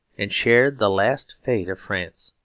and shared the last fate of france.